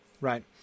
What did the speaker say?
right